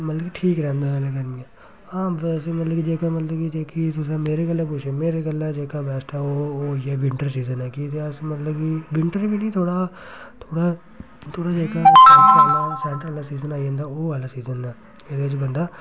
मतलब कि ठीक रैंह्दा इनें गर्मियें हां वैसे मतलब कि जेह्की तुस मेरे कोलां पुच्छन मेरे कोला जेह्का बैस्ट ऐ ओह् ओह् इ'यै विंटर सीजन ऐ कि ते अस मतलब कि विंटर बी थोह्ड़ा थोह्ड़ा थोह्ड़ा जेह्का सैंटर आह्ला सीजन आई जंदा ओह् आह्ला सीजन च बंदा